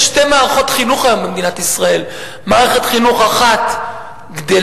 יש היום במדינת ישראל שתי מערכות חינוך: מערכת חינוך אחת גדלה,